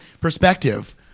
perspective